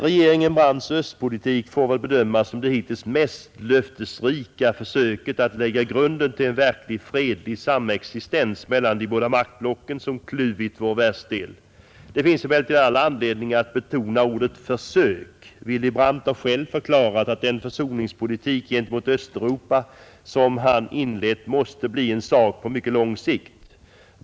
Regeringen Brandts östpolitik får bedömas som det hittills mest löftesrika försöket att lägga grunden till en verkligt fredlig samexistens mellan de båda maktblock som kluvit vår världsdel. Det finns emellertid all anledning att betona ordet försök. Willy Brandt har själv förklarat att den försoningspolitik gentemot Östeuropa, som han inlett, måste bli en sak på mycket lång sikt.